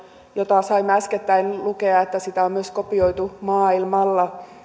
josta saimme äskettäin lukea että sitä on myös kopioitu maailmalla